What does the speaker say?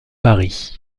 paris